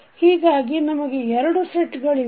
ಹೀಗಾಗಿ ನಮಗೆ ಎರಡು ಸೆಟ್ ಗಳಿವೆ